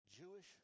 Jewish